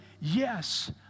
yes